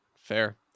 Fair